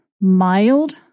mild